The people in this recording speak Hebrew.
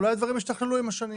אולי דברים השתכללו עם השנים,